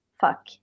fuck